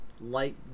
light